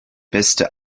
beste